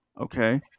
Okay